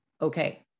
okay